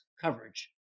coverage